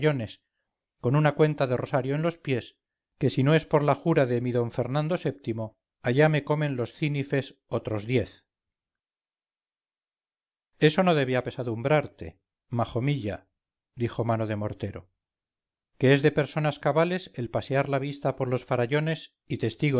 con una cuenta de rosario en los pies que si no es por la jura de mi d fernando vii allá me comen los cínifes otros diez eso no debe apesadumbrarte majomilla dijo mano de mortero que es de personas cabales el pasear la vista por los farallones